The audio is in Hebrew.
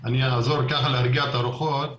אני אעזור ככה להרגעת הרוחות.